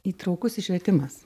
įtraukusis švietimas